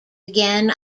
again